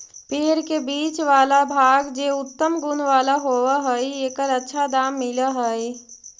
पेड़ के बीच वाला भाग जे उत्तम गुण वाला होवऽ हई, एकर अच्छा दाम मिलऽ हई